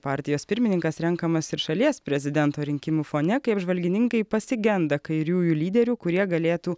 partijos pirmininkas renkamas ir šalies prezidento rinkimų fone kai apžvalgininkai pasigenda kairiųjų lyderių kurie galėtų